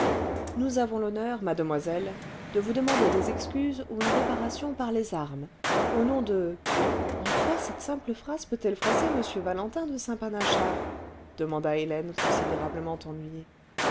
nous avons l'honneur mademoiselle de vous demander des excuses ou une réparation par les armes au nom de en quoi cette simple phrase peut-elle froisser m valentin de saint panachard demanda hélène considérablement ennuyée